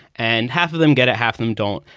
and half of them get it, half them don't.